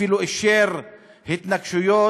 הוא אפילו אישר התנקשויות.